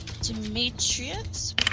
Demetrius